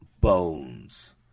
bones